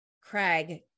Craig